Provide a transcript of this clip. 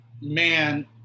man